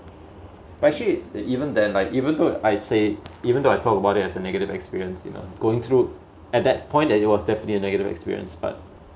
but actually even then even though I said even though I talk about it as a negative experience you know going through at that point that it was definitely a negative experience but